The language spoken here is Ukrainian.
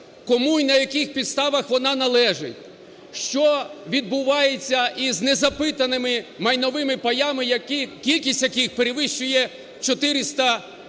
кому і на яких підставах вона належить, що відбувається із незапитаними майновими паями, які, кількість яких перевищує 400